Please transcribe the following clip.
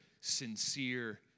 sincere